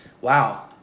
wow